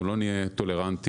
אנחנו לא נהיה טולרנטים.